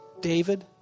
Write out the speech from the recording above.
David